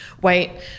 white